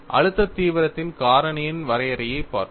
அழுத்த தீவிரத்தின் காரணியின் வரையறையைப் பார்த்தோம்